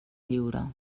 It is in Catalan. lliure